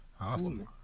awesome